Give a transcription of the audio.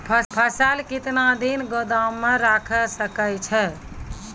फसल केतना दिन गोदाम मे राखै सकै छौ?